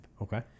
Okay